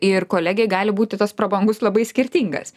ir kolegei gali būti tas prabangus labai skirtingas